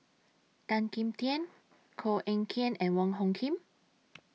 Tan Kim Tian Koh Eng Kian and Wong Hung Khim